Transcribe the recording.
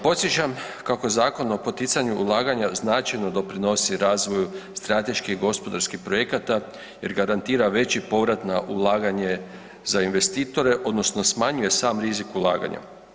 Podsjećam kako Zakon o poticanju ulaganja značajno doprinosi razvoju strateških i gospodarskih projekata jer garantira veći povrat na ulaganje za investitore odnosno smanjuje sam rizik ulaganja.